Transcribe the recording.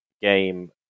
game